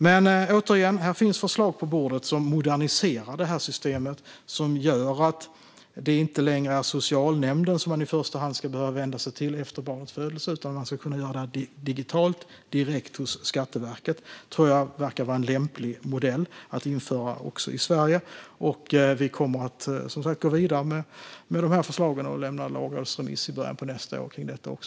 Men, återigen, här finns förslag på bordet som moderniserar detta system och som gör att det inte längre är socialnämnden som man i första hand ska behöva vända sig till efter barnets födelse. Man ska kunna göra det digitalt direkt hos Skatteverket. Det verkar vara en lämplig modell att införa även i Sverige. Vi kommer, som sagt, att gå vidare med dessa förslag och lämna en lagrådsremiss i början av nästa år om detta.